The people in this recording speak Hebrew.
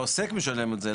העוסק משלם את זה.